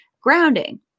grounding